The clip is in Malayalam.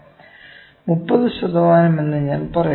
30 ശതമാനം എന്ന് ഞാൻ പറയട്ടെ